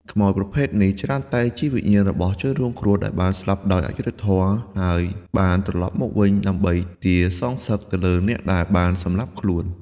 ខ្មោចប្រភេទនេះច្រើនតែជាវិញ្ញាណរបស់ជនរងគ្រោះដែលបានស្លាប់ដោយអយុត្តិធម៌ ហើយបានត្រឡប់មកវិញដើម្បីទារសងសឹកទៅលើអ្នកដែលបានសម្លាប់ខ្លួន។